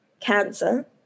Cancer